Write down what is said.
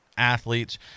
athletes